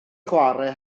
chwara